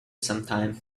sometime